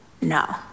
No